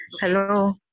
hello